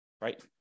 right